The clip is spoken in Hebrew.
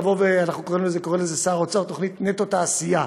קורא לזה שר האוצר תוכנית "נטו תעשייה",